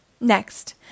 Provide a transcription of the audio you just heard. Next